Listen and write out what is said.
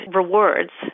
rewards